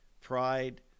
pride